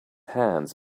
hands